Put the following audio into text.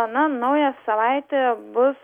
nauja savaitė bus